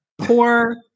Poor